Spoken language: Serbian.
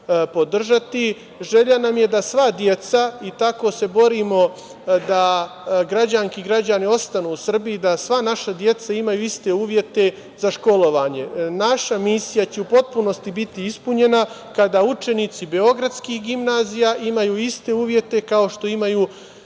podržati. Želja nam je da sva deca, i tako se borimo da građanke i građani ostanu u Srbiji, imaju iste uslove za školovanje. Naša misija će u potpunosti biti ispunjena kada učenici beogradskih gimnazija imaju iste uslove kao što imaju